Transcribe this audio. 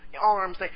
Arms